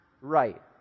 right